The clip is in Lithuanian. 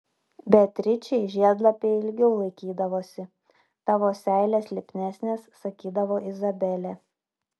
beatričei žiedlapiai ilgiau laikydavosi tavo seilės lipnesnės sakydavo izabelė